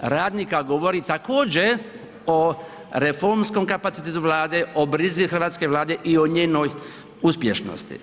radnika govori također o reformskom kapacitetu Vlade, o brizi hrvatske Vlade i o njenoj uspješnosti.